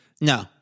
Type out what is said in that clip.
No